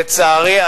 לצערי,